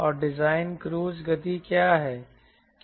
और design cruise गति क्या है